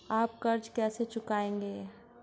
आप कर्ज कैसे चुकाएंगे?